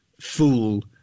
fool